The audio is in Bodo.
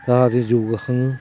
जाहाथे जौगाखाङो